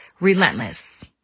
relentless